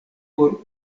por